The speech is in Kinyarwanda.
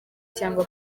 cyangwa